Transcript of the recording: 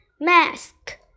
mask